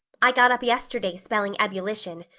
i got up yesterday spelling ebullition.